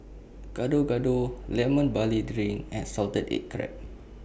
Gado Gado Lemon Barley Drink and Salted Egg Crab